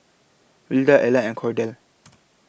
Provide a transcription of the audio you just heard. Wilda Ela and Kordell